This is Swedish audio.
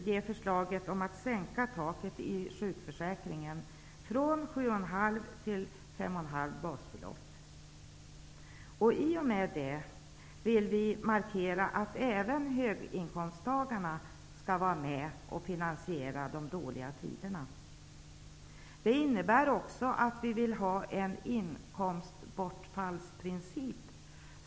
Vi föreslår bl.a. att taket i sjukförsäkringen sänks från 7,5 basbelopp till 5,5 basbelopp. I och med detta vill vi markera att även höginkomsttagarna skall vara med och finansiera de dåliga tiderna. Det innebär också att vi vill ha en inkomstbortfallsprincip.